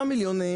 לאזרח אין יתרון.